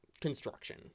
construction